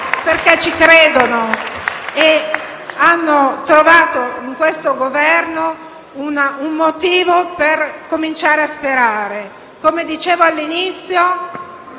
perché ci credono, e hanno trovato in questo Governo un motivo per cominciare a sperare. Come dicevo all'inizio,